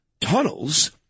tunnels